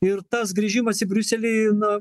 ir tas grįžimas į briuselį na